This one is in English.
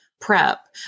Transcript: prep